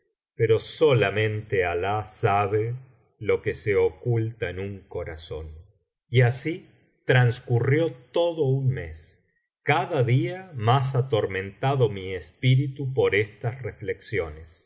pero solamente alah sabe lo que se oculta en un corazón y así transcurrió tocio un mes cada día más atormentado mi espíritu por estas reflexiones